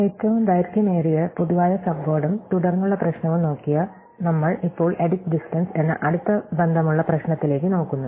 ഏറ്റവും ദൈർഘ്യമേറിയ പൊതുവായ സബ്വേഡും തുടർന്നുള്ള പ്രശ്നവും നോക്കിയ നമ്മൾ ഇപ്പോൾ എഡിറ്റ് ഡിസ്ടെൻസ് എന്ന അടുത്ത ബന്ധമുള്ള പ്രശ്നത്തിലേക്ക് നോക്കുന്നു